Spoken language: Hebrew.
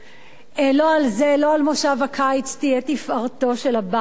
לא על מושב הקיץ תהיה תפארתו של הבית הזה.